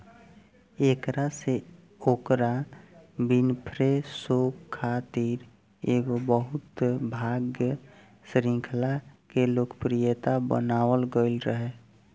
एकरा से ओकरा विनफ़्रे शो खातिर एगो बहु भाग श्रृंखला के लोकप्रिय बनावल गईल रहे